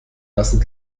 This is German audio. lassen